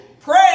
pray